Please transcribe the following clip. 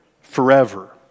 forever